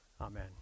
Amen